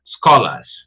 scholars